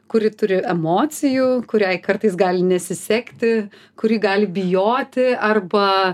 kuri turi emocijų kuriai kartais gali nesisekti kuri gali bijoti arba